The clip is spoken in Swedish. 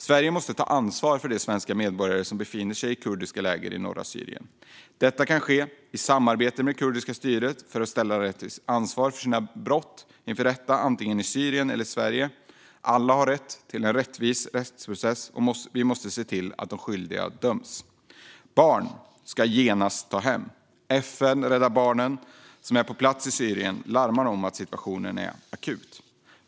Sverige måste ta ansvar för de svenska medborgare som befinner sig i kurdiska läger i norra Syrien. Detta kan ske i samarbete med det kurdiska styret för att ställa dem som är ansvariga för brott inför rätta i antingen Syrien eller Sverige. Alla har rätt till en rättvis rättsprocess, och vi måste se till att de skyldiga döms. Barn ska genast tas hem. FN och Rädda Barnen som är på plats i Syrien larmar om att situationen är akut.